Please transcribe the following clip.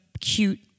cute